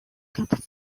quatre